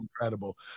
incredible